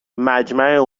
مجمع